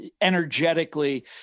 energetically